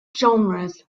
genres